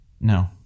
No